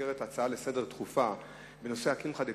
במסגרת הצעה דחופה לסדר-היום בנושא הקמחא דפסחא.